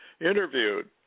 interviewed